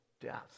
death